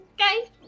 Okay